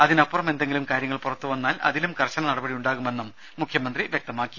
അതിനപ്പുറം എന്തെങ്കിലും കാര്യങ്ങൾ പുറത്തുവന്നാൽ അതിലും കർശന നടപടിയുണ്ടാകുമെന്നും മുഖ്യമന്ത്രി വ്യക്തമാക്കി